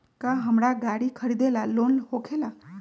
का हमरा गारी खरीदेला लोन होकेला?